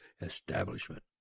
establishment